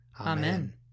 Amen